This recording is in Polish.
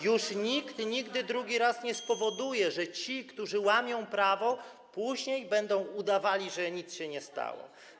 Już nikt nigdy drugi raz nie spowoduje, że ci, którzy łamią prawo, później będą udawali, że nic się nie stało.